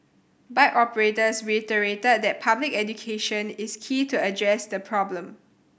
bike operators reiterated that public education is key to address the problem